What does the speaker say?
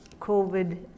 COVID